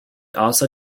also